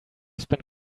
spend